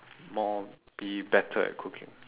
more be better at cooking